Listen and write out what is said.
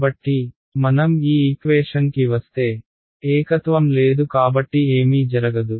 కాబట్టి మనం ఈ ఈక్వేషన్ కి వస్తే ఏకత్వం లేదు కాబట్టి ఏమీ జరగదు